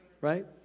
right